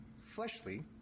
fleshly